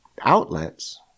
outlets